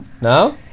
No